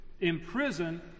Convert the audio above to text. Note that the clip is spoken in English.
imprison